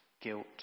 guilt